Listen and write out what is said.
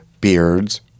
beards